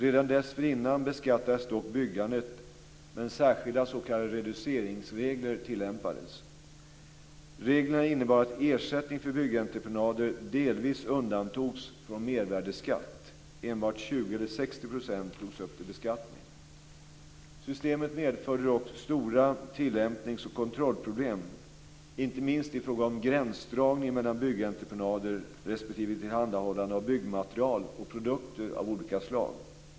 Redan dessförinnan beskattades dock byggandet men särskilda s.k. reduceringsregler tillämpades. Reglerna innebar att ersättning för byggentreprenader delvis undantogs från mervärdesskatt - enbart 20 eller 60 % togs upp till beskattning. Systemet medförde dock stora tillämpnings och kontrollproblem, inte minst i fråga om gränsdragningen mellan byggentreprenader respektive tillhandahållande av byggmaterial och produkter av olika slag.